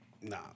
Nah